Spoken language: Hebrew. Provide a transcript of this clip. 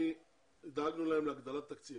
דאגנו להם להגדלת תקציב.